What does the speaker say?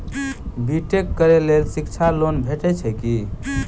B tech करै लेल शिक्षा लोन भेटय छै की?